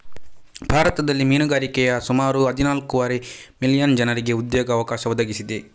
ಭಾರತದಲ್ಲಿ ಮೀನುಗಾರಿಕೆಯು ಸುಮಾರು ಹದಿನಾಲ್ಕೂವರೆ ಮಿಲಿಯನ್ ಜನರಿಗೆ ಉದ್ಯೋಗ ಅವಕಾಶ ಒದಗಿಸಿದೆ